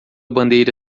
bandeira